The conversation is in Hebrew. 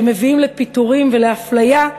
שמביאות לפיטורים ולאפליה,